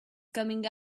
coming